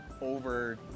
over